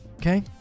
okay